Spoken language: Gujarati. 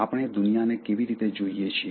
આપણે દુનિયાને કેવી રીતે જોઈએ છીએ